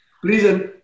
Please